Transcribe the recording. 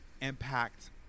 impact